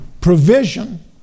Provision